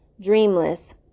dreamless